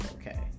okay